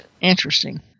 Interesting